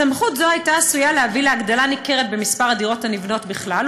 סמכות זו הייתה עשויה להביא להגדלה ניכרת במספר הדירות הנבנות בכלל,